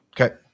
Okay